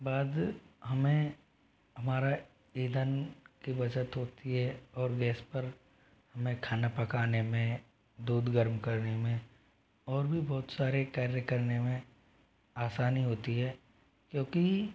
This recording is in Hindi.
बाद हमें हमारा ईधन की बचत होती है और गैस पर हमें खाना पकाने में दूध गर्म करने में और भी बहुत सारे कार्य करने में आसानी होती है क्योंकि